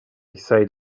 said